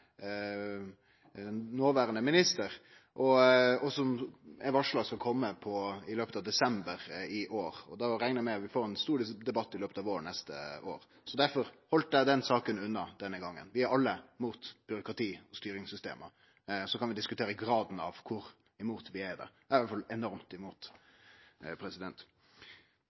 noverande ministeren, og som er varsla skal kome i løpet av desember i år. Då reknar eg med at vi får ein stor debatt i løpet av neste vår. Derfor heldt eg den saka unna denne gongen. Vi er alle imot byråkrati og styringssystem, og så kan vi diskutere graden av kor imot det vi er. Eg er i alle fall enormt imot